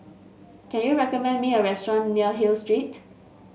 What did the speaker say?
can you recommend me a restaurant near Hill Street